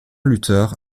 luther